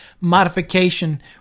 modification